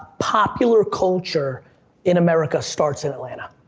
popular culture in america starts in atlanta.